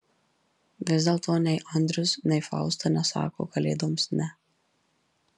vis dėlto nei andrius nei fausta nesako kalėdoms ne